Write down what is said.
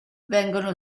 vengono